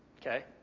Okay